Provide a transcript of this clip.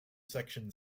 section